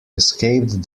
escaped